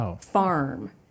farm